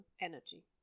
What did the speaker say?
energy